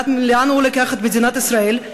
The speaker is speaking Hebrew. לאן הוא לוקח את מדינת ישראל.